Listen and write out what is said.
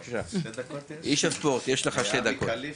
שמי אבי כליף,